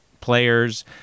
players